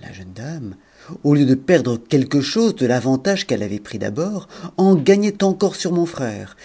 la jeune dame au lieu de perdre quelque chose de l'avantage qu'elle avait pris d'abord en gagnait encore sur mon frère